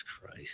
Christ